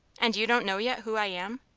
and you don't know yet who i am?